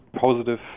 positive